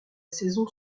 saison